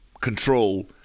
control